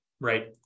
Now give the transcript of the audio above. Right